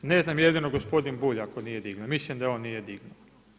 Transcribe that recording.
Ne znam, jedino gospodin Bulj ako nije dignuo, mislim da on nije dignuo.